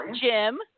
Jim